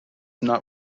not